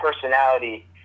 personality